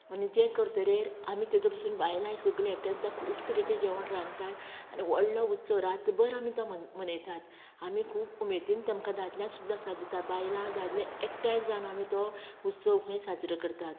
आनी जें करतरेर आमी तेदो पसून बायलांय सगलीं एकठांय जातात खूब तरेचें जेवण रांदतात आनी व्हडलो उत्सव रातभर आमी तो मनयतात आमी खूब उमेदीन तेमकां दादल्यांक सुद्दां साथ दितात बायलां दादले एकठांय जावन आमी तो उत्सव थंय साजरो करतात